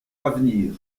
avenir